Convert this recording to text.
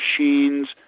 machines